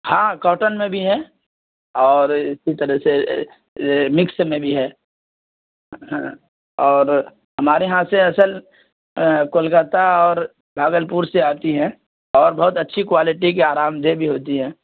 ہاں کاٹن میں بھی ہیں اور اسی طرح سے مکس میں بھی ہے اور ہمارے یہاں سے اصل کولکتہ اور بھاگلپور سے آتی ہیں اور بہت اچھی کوالٹی کی آرام دہ بھی ہوتی ہیں